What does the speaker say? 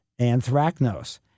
anthracnose